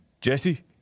Jesse